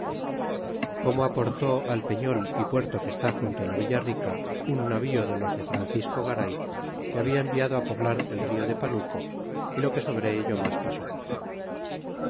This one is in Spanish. como aporté al pefiol y puerto que está junto la villa rica nu navío de los de francisco garay que habla enviado poblar el ido de palmeo y lo que sobre ello mas pasó